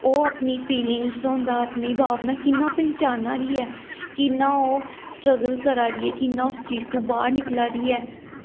ओह् अपनी फिलिंगस होंदा अपनी भावनां कि'यां पैह्चाना दी ऐ कि'यां ओह् स्टर्गल करा दी ऐ कि'यां उस चीज तों बाह्र निकला दी ऐ